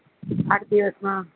આઠ દિવસમાં